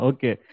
Okay